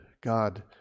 God